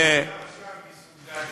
אל תשכח שהאוכלוסייה שגרה שם היא סוג ד'.